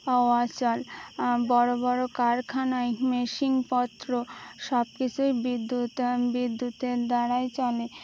অচল বড়ো বড়ো কারখানায় মেশিন পত্র সব কিছুই বিদ্যুত বিদ্যুতের দ্বারাই চলে